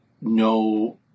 no